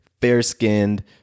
fair-skinned